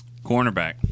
Cornerback